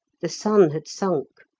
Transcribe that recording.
the sun had sunk,